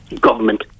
government